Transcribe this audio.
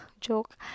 joke